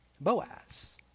Boaz